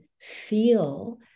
feel